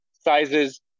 sizes